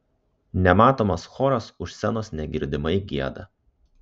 nematomas choras už scenos negirdimai gieda